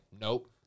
nope